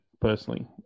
personally